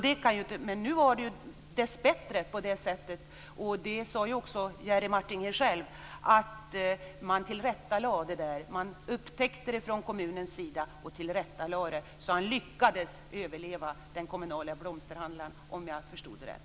Dessbättre har man, som Jerry Martinger sade, tillrättalagt det. Man upptäckte det från kommunens sida och tillrättalade det. Den privata lyckades överleva den kommunala, om jag förstod det rätt.